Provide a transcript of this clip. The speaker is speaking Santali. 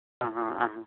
ᱦᱮᱸ